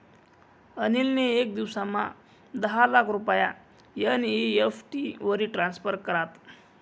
अनिल नी येक दिवसमा दहा लाख रुपया एन.ई.एफ.टी वरी ट्रान्स्फर करात